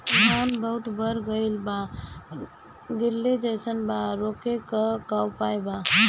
धान बहुत बढ़ गईल बा गिरले जईसन बा रोके क का उपाय बा?